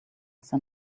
san